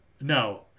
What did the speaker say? No